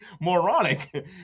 moronic